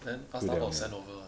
then ask Taobao send over